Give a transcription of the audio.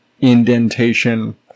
indentation